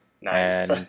Nice